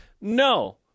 No